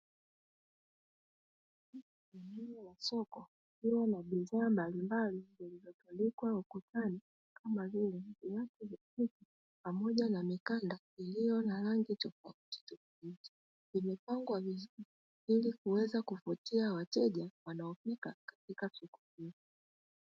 Eneo la soko lililo na bidhaa mbalimbali zilizotundikwa ukutani kama vile nguo fupi pamoja na mikanda iliyo na rangi tofautitofauti, imepangwa vizuri ili kuweza kuvutia wateja wanaofika katika soko hilo.